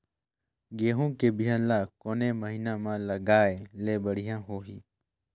गहूं के बिहान ल कोने महीना म लगाय ले बढ़िया होही?